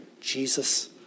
Jesus